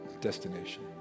destination